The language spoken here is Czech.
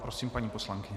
Prosím, paní poslankyně.